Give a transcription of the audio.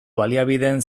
baliabideen